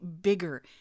bigger